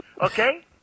okay